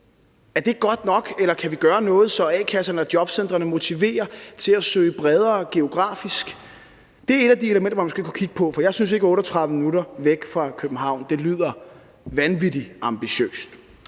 Er det godt nok, eller kan vi gøre noget, så a-kasserne og jobcentrene motiverer dem til at søge bredere geografisk? Det er et af de elementer, man skal kunne kigge på, for jeg synes ikke, at 38 minutter væk fra København lyder vanvittig ambitiøst.